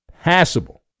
passable